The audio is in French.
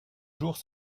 jours